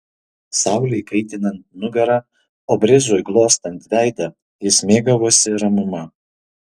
saulei kaitinant nugarą o brizui glostant veidą jis mėgavosi ramuma